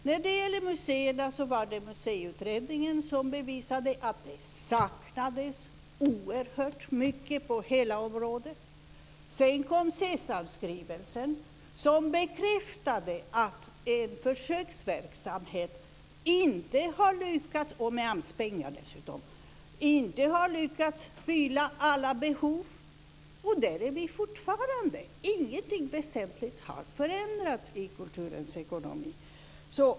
När det gäller museerna bevisade Museiutredningen att det saknades oerhört mycket på hela området. Sedan kom Sesamskrivelsen som bekräftade att en försöksverksamhet - med AMS-pengar dessutom - inte har lyckats fylla alla behov. Där är vi fortfarande. Ingenting väsentligt har förändrats i kulturens ekonomi.